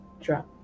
drop